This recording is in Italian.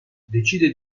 decide